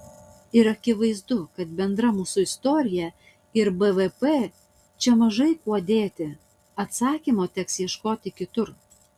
ir akivaizdu kad bendra mūsų istorija ir bvp čia mažai kuo dėti atsakymo teks ieškoti kitur